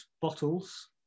bottles